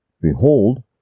Behold